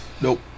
nope